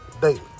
daily